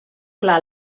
clar